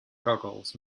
googles